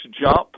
jump